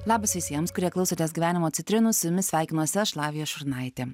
labas visiems kurie klausotės gyvenimo citrinų su jumis sveikinuosi aš lavija šurnaitė